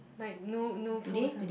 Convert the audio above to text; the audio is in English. like no no post one